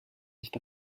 nicht